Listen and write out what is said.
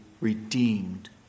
redeemed